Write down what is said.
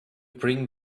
bring